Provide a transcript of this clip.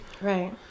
Right